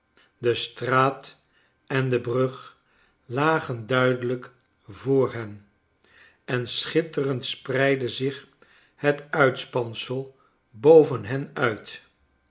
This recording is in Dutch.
de straat en de brug lagen duidelijk voor hen en schitterend spreidde zich het uitspansel boven hen uit